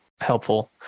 helpful